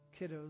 Kiddos